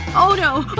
oh no. oh